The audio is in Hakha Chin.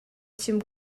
chim